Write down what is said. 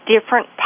different